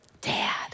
Dad